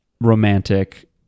romantic